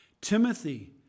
Timothy